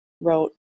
wrote